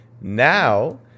Now